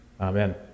Amen